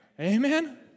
Amen